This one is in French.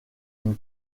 une